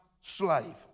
slave